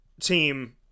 team